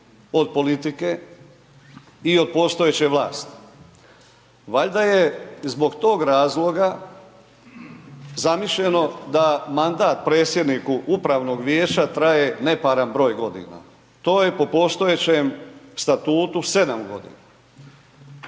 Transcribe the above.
od politike i od postojeće vlasti. Valjda je zbog tog razloga, zamišljeno da mandat predsjedniku Upravnog vijeća traje neparan broj godina. To je po postojećem statutu 7 g.